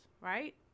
right